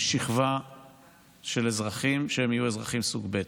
שכבה של אזרחים שיהיו אזרחים סוג ב'.